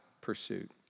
pursuit